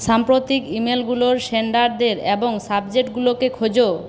সাম্প্রতিক ইমেলগুলোর সেন্ডারদের এবং সাবজেক্টগুলোকে খোঁজো